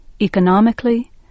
economically